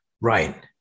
Right